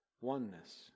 oneness